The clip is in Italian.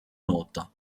nota